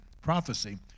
prophecy